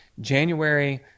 January